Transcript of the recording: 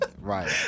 Right